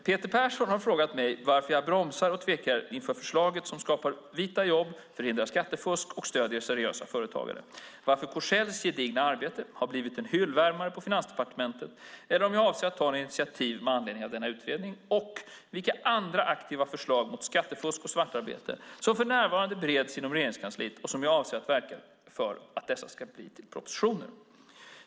Peter Persson har frågat mig varför jag bromsar och tvekar inför förslag som skapar vita jobb, förhindrar skattefusk och stöder seriösa företagare varför Korsells gedigna arbete har blivit en hyllvärmare på Finansdepartementet eller om jag avser att ta något initiativ med anledning av denna utredning vilka andra aktiva förslag mot skattefusk och svartarbete som för närvarande bereds inom Regeringskansliet och om jag avser att verka för att dessa blir till propositioner.